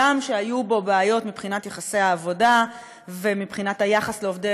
הגם שהיו בו בעיות מבחינת יחסי העבודה ומבחינת היחס לעובדי